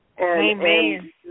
Amen